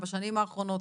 בשנים האחרונות?